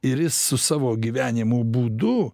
ir jis su savo gyvenimo būdu